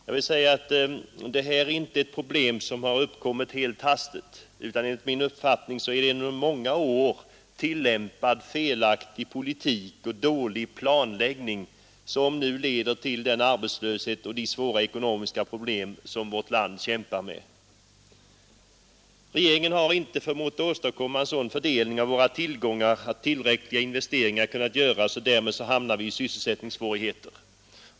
Jag vill säga att detta problem inte har uppkommit helt hastigt, utan enligt min uppfattning är det en under många år tillämpad felaktig politik och en dålig planläggning som nu leder till den arbetslöshet och de svåra ekonomiska problem som vårt land kämpar med. Regeringen har inte förmått åstadkomma en sådan fördelning av våra tillgångar att tillräckliga investeringar kunnat göras, och därmed har vi hamnat i sysselsättningssvårigheter.